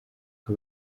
uko